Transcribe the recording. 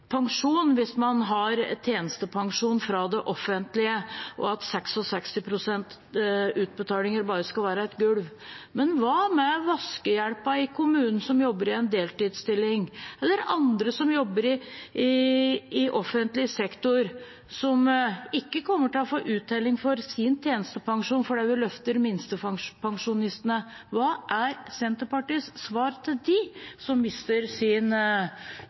pensjon hvis man har tjenestepensjon fra det offentlige, og at 66 pst.-utbetalinger bare skal være et gulv. Men hva med vaskehjelpen som jobber i en deltidsstilling i kommunen? Eller hva med andre som jobber i offentlig sektor, og som ikke kommer til å få uttelling for sin tjenestepensjon, fordi vi løfter minstepensjonistene? Hva er Senterpartiets svar til dem som mister sin